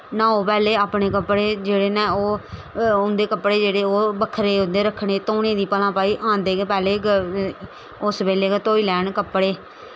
न्हाओ पैह्ले अपने कपड़े जेह्ड़े न ओह् उं'दे कपड़े जेह्ड़े ओह् बक्खरै उं'दे रक्खने धोने गी भला आंदे गै पैह्लें उस बेल्लै गै धोई लैन कपड़े